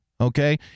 Okay